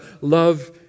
love